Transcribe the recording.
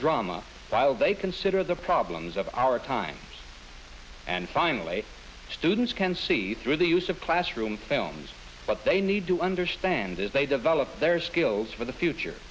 drama while they consider the problems of our time and finally students can see through the use of classroom films what they need to understand as they develop their skills for the future